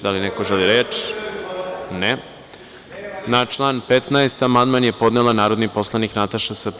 Da li neko želi reč? (Ne.) Na član 15. amandman je podnela narodni poslanik Nataša Sp.